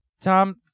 Tom